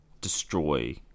destroy